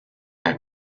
had